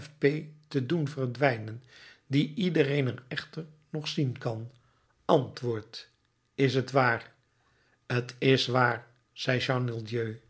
te doen verdwijnen die iedereen er echter nog zien kan antwoord is t waar t is waar zei